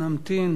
נמתין